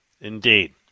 Indeed